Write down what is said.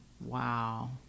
Wow